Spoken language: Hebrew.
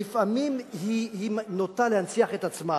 לפעמים היא נוטה להנציח את עצמה